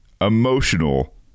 emotional